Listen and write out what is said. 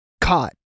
caught